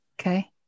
Okay